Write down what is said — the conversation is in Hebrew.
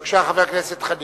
חבר הכנסת חנין,